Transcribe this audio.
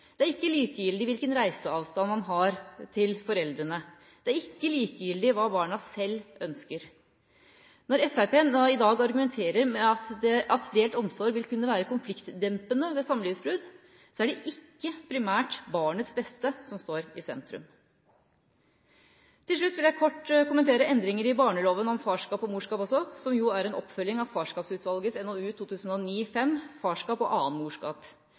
det er ikke likegyldig hvilken reiseavstand man har til foreldrene. Det er ikke likegyldig hva barna selv ønsker. Når Fremskrittspartiet i dag argumenterer med at delt omsorg vil kunne være konfliktdempende ved samlivsbrudd, er det ikke primært barnets beste som står i sentrum. Til slutt vil jeg kort kommentere endringer i barneloven om farskap og morskap også, som er en oppfølging av Farskapsutvalgets NOU 2009: 5, Farskap og annen morskap.